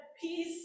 peace